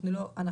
אנחנו לא שם.